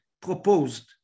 proposed